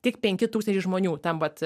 tik penki tūkstančiai žmonių tam vat